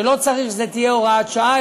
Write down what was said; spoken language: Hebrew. שלא צריך שזו תהיה הוראת שעה,